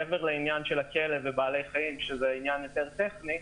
מעבר לעניין המינוחים הטכני,